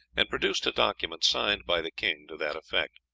and produced a document signed by the king to that effect.